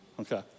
Okay